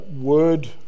word